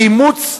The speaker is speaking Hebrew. כי אימוץ,